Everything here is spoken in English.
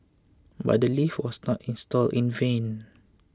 but the lift was not installed in vain